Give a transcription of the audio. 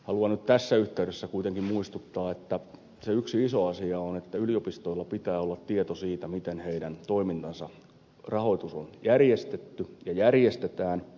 haluan nyt tässä yhteydessä kuitenkin muistuttaa että se yksi iso asia on että yliopistoilla pitää olla tieto siitä miten heidän toimintansa rahoitus on järjestetty ja järjestetään